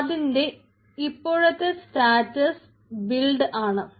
ഇതിന്റെ ഇപ്പോഴത്തെ സ്റ്റാറ്റസ് ആണ്